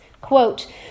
Quote